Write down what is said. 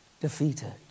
defeated